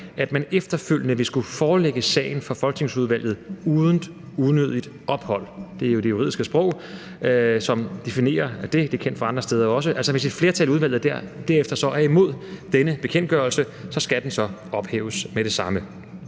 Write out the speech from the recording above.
at man efterfølgende vil skulle forelægge sagen for folketingsudvalget uden unødigt ophold – sådan defineres det i det juridiske sprog, og det er også kendt fra andre steder – og hvis et flertal af udvalget så er imod denne bekendtgørelse, skal den ophæves med det samme.